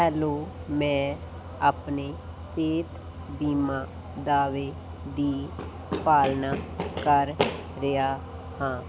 hello ਮੈਂ ਆਪਣੇ ਸਿਹਤ ਬੀਮਾ ਦਾਅਵੇ ਦੀ ਪਾਲਣਾ ਕਰ ਰਿਹਾ ਹਾਂ